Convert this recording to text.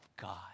God